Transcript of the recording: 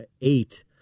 eight